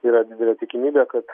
yra didelė tikimybė kad